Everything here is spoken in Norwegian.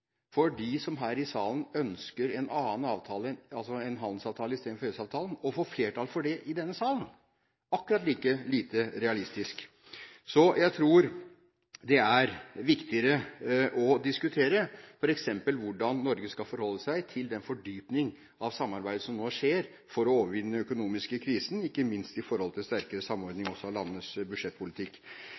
for dem som her i denne salen ønsker å få flertall for en annen avtale, altså en handelsavtale istedenfor EØS-avtalen. Jeg tror det er viktigere å diskutere f.eks. hvordan Norge skal forholde seg til den fordypning av samarbeid som nå skjer for å overvinne den økonomiske krisen, ikke minst i forhold til sterkere samordning også av landenes budsjettpolitikk.